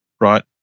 Right